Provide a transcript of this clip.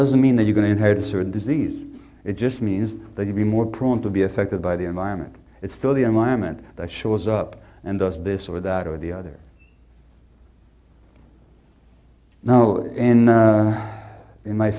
doesn't mean that you can inherit a certain disease it just means they can be more prone to be affected by the environment it's still the environment that shows up and does this or that or the other no end in my